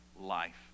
life